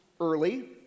early